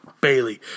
Bailey